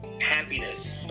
happiness